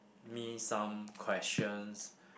me some questions